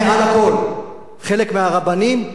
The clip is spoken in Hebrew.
חלק מהרבנים, לא כולם כמובן.